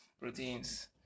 proteins